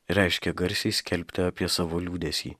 reiškia garsiai skelbti apie savo liūdesį